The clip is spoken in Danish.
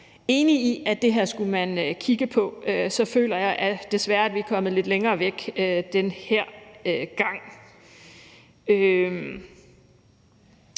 enig i, at det her skulle man kigge på. Så føler jeg desværre, at vi er kommet lidt længere væk den her gang.